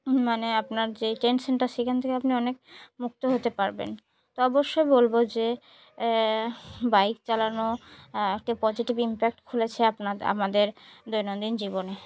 মানে আপনার যে টেনশানটা সেখান থেকে আপনি অনেক মুক্ত হতে পারবেন তো অবশ্যই বলব যে বাইক চালানো একটা পজিটিভ ইম্প্যাক্ট খুলেছে আপনার আমাদের দৈনন্দিন জীবনে